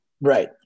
right